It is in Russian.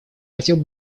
хотел